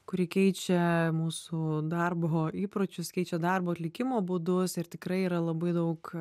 kuri keičia mūsų darbo įpročius keičia darbo atlikimo būdus ir tikrai yra labai daug